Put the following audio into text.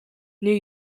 new